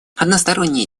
односторонние